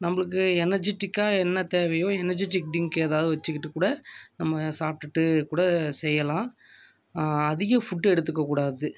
நம்பளுக்கு எனர்ஜிட்டிக்காக என்ன தேவையோ எனர்ஜிட்டிக் ட்ரிங்க் ஏதாது வச்சுக்கிட்டுக் கூட நம்ம சாப்பிட்டுட்டுக் கூட செய்யலாம் அதிக ஃபுட்டு எடுத்துக்கக் கூடாது